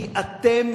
כי אתם,